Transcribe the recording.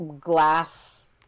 glass